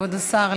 כבוד השר,